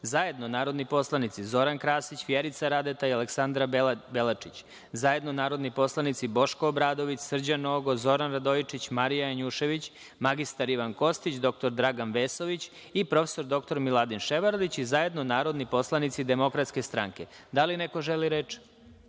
zajedno narodni poslanici Zoran Krasić, Vjerica Radeta i Aleksandra Belačić, zajedno narodni poslanici Boško Obradović, Srđan Nogo, Zoran Radojičić, Marija Janjušević, mr Ivan Kostić, dr Dragan Vesović i prof. dr Miladin Ševarlić i zajedno narodni poslanici Poslaničke grupe Demokratska stranka. Da li neko želi reč? Reč